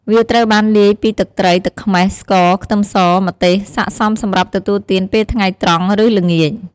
វាត្រូវបានលាយពីទឹកត្រី ទឹកខ្មេះ ស្ករ ខ្ទឹមស ម្ទេស ស័ក្តិសមសម្រាប់ទទួលទានពេលថ្ងៃត្រង់ ឬល្ងាច។